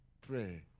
pray